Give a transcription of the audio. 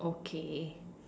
okay